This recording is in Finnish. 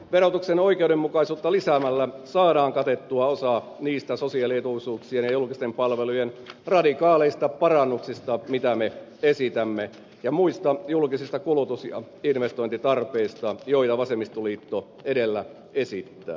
verotuksen oikeudenmukaisuutta lisäämällä saadaan katettua osa niistä sosiaalietuisuuksien ja julkisten palvelujen radikaaleista parannuksista mitä me esitämme ja muista julkisista kulutus ja investointitarpeista joita vasemmistoliitto edellä esittää